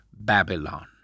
Babylon